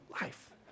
life